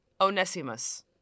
Onesimus